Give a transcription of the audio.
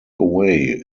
away